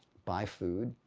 buy food,